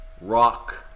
rock